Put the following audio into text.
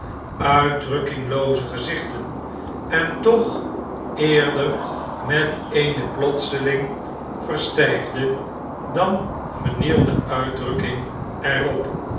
afwachtten uitdrukkinglooze gezichten en toch eerder met eene plotseling versttjfde dan vernielde uitdrukking er